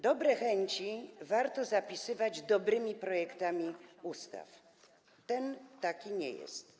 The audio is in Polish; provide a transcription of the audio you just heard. Dobre chęci warto zapisywać dobrymi projektami ustaw, a ten taki nie jest.